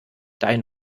dein